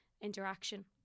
interaction